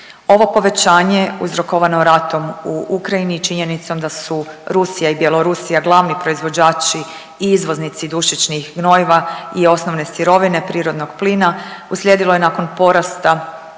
Ovo povećanje uzrokovano ratom u Ukrajini i činjenicom da su Rusija i Bjelorusija glavni proizvođači i izvoznici dušičnih gnojiva i osnovne sirovine prirodnog plina, uslijedilo je nakon porasta